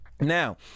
now